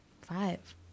Five